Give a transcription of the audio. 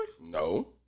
No